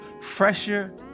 fresher